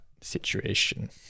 situation